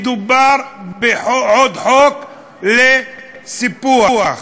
מדובר בעוד חוק לסיפוח,